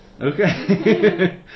Okay